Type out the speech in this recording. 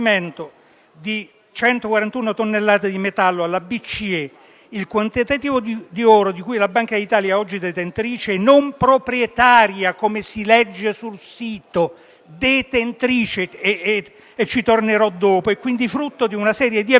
di 141 tonnellate di metallo. Il quantitativo di oro di cui la Banca d'Italia è ad oggi detentrice e non proprietaria (come si legge sul sito e ci tornerò dopo) è quindi frutto di una serie di eventi